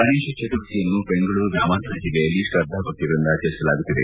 ಗಣೇಶ ಚತುರ್ಥಿಯನ್ನು ಬೆಂಗಳೂರು ಗ್ರಾಮಾಂತರ ಜಿಲ್ಲೆಯಲ್ಲಿ ತ್ರದ್ಧಾಭಕ್ತಿಗಳಿಂದ ಆಚರಿಸಲಾಗುತ್ತಿದೆ